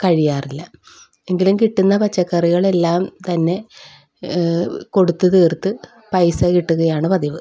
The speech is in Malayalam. കഴിയാറില്ല എങ്കിലും കിട്ടുന്ന പച്ചക്കറികളെല്ലാം തന്നെ കൊടുത്ത് തീർത്ത് പൈസ കിട്ടുകയാണ് പതിവ്